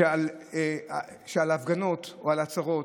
על ההפגנות או על העצרות,